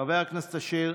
חבר הכנסת קושניר,